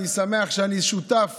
אני שמח שאני שותף